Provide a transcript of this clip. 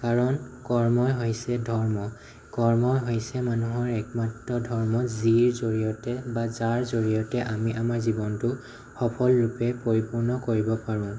কাৰণ কৰ্মই হৈছে ধৰ্ম কৰ্মই হৈছে মানুহৰ একমাত্ৰ ধৰ্ম যিৰ জৰিয়তে বা যাৰ জৰিয়তে আমি আমাৰ জীৱনটো সফলৰূপে পৰিপূৰ্ণ কৰিব পাৰোঁ